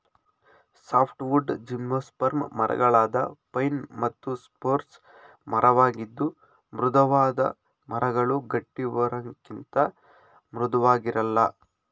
softwood gymnosperm ಮರಗಳಾದ pine ಮತ್ತು spruce ಮರವಾಗಿದ್ದು ಮೃದುವಾದ ಮರಗಳು ಗಟ್ಟಿಮರಕ್ಕಿಂತ ಮೃದುವಾಗಿರಲ್ಲ